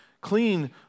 clean